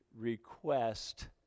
request